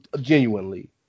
genuinely